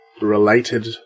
related